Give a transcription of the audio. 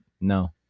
no